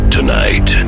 Tonight